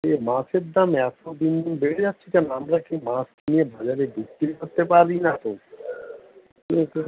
এ মাছের দাম এতো দিন দিন বেড়ে যাচ্ছে কেন আমরা কি মাছ কিনে বাজারে বিক্রি করতে পারি না তো এ তো